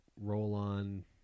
roll-on